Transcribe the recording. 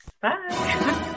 Bye